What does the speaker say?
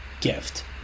gift